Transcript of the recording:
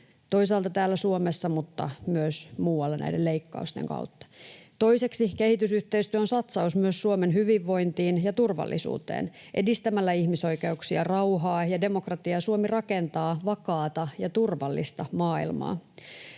toisaalta täällä Suomessa mutta myös muualla näiden leikkausten kautta. Toiseksi kehitysyhteistyö on satsaus myös Suomen hyvinvointiin ja turvallisuuteen. Edistämällä ihmisoikeuksia, rauhaa ja demokratiaa Suomi rakentaa vakaata ja turvallista maailmaa.